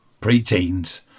pre-teens